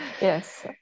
Yes